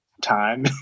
time